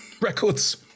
records